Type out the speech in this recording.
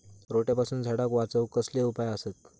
रोट्यापासून झाडाक वाचौक कसले उपाय आसत?